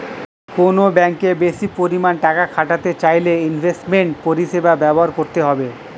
কোনো ব্যাঙ্কে বেশি পরিমাণে টাকা খাটাতে চাইলে ইনভেস্টমেন্ট পরিষেবা ব্যবহার করতে হবে